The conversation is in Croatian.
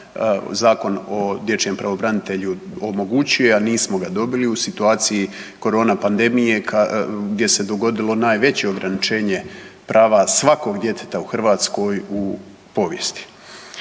Zakon o dječjem pravobranitelju omogućuje, a nismo ga dobili u situaciji corona pandemije gdje se dogodilo najveće ograničenje prava svakog djeteta u Hrvatskoj u povijesti.